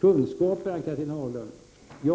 Kunskaper — ja visst!